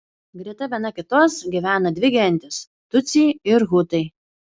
greta viena kitos gyvena dvi gentys tutsiai ir hutai